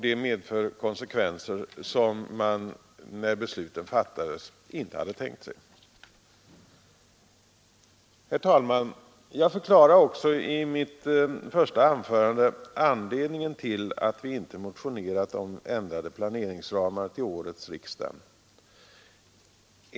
Det har konsekvenser som man, när besluten fattades, inte hade tänkt sig. Herr talman! Jag förklarade också i mitt första anförande anledningen till att vi inte motionerat om ändrade planeringsramar till årets riksdag.